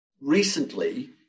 Recently